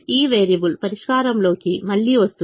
ఈ వేరియబుల్ పరిష్కారంలోకి మళ్ళీ వస్తుంది